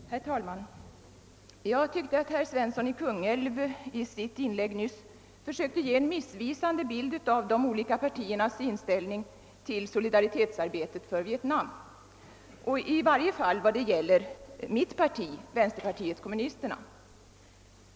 Herr talman! Jag tyckte att herr Svensson i Kungälv i sitt anförande nyss försökte ge en missvisande bild av de olika partiernas inställning till solidaritetsarbetet för Vietnam, i varje fall vad det gällde mitt parti, Vänsterpartiet kommunisterna.